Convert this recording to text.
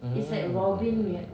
mm